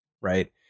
Right